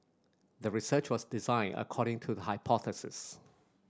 the research was designed according to the hypothesis